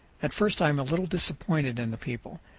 at first i am a little disappointed in the people.